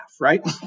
right